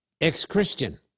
ex-Christian